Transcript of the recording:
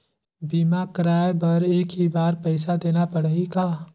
बीमा कराय बर एक ही बार पईसा देना पड़ही का?